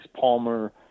Palmer